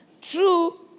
True